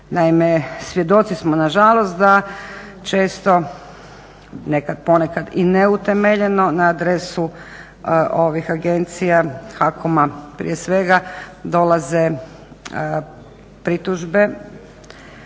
Naime, svjedoci smo nažalost da često ponekad i neutemeljeno na adresu ovih agencija HAKOM-a prije svega dolaze pritužbe